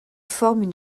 forment